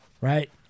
right